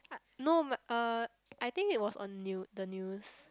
uh no m~ uh I think it was on new the news